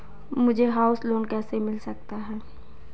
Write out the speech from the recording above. मुझे house loan कैसे मिल सकता है?